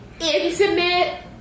intimate